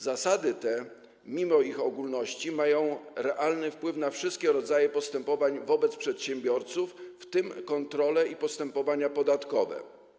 Zasady te, mimo ich ogólności, mają realny wpływ na wszystkie rodzaje postępowań wobec przedsiębiorców, w tym kontrole i postępowania podatkowe.